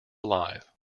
alive